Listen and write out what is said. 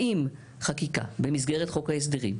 האם חקיקה במסגרת חוק ההסדרים,